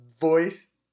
voice